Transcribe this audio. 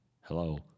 Hello